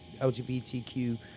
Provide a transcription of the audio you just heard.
LGBTQ